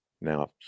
Now